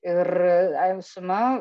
ir e suma